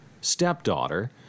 stepdaughter